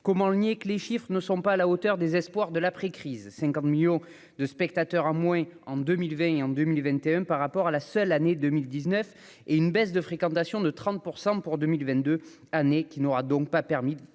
comment le nier que les chiffres ne sont pas à la hauteur des espoirs de l'après-crise 50 millions de spectateurs en moins en 2020 et en 2021 par rapport à la seule année 2000 19 et une baisse de fréquentation de 30 % pour 2022 années qui n'aura donc pas permis le